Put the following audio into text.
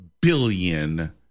billion